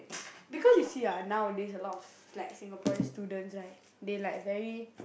because you see ah nowadays a lot of like Singaporean students right they like very